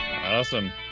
Awesome